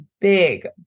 big